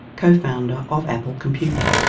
co-founder of apple computer.